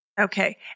Okay